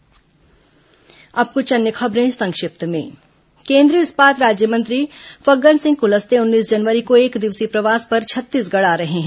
संक्षिप्त समाचार अब कुछ अन्य खबरें संक्षिप्त में केंद्रीय इस्पात राज्यमंत्री फग्गन सिंह कुलस्ते उन्नीस जनवरी को एकदिवसीय प्रवास पर छत्तीसगढ़ आ रहे हैं